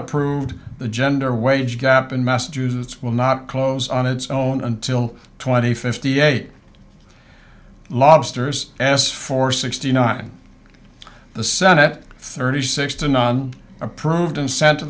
approved the gender wage gap in massachusetts will not close on its own until twenty fifty eight lobster's asked for sixty nine the senate thirty six to none approved and sent to